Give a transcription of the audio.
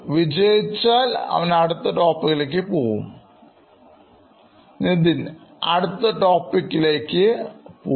വിജയിച്ചാൽഅവൻ അടുത്ത ടോപ്പിക്ക് ലേക്ക്പോകും Nithin അടുത്ത ടോപ്പിക്ക് ലേക്ക്പോകും